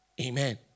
Amen